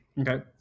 Okay